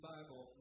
Bible